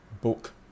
book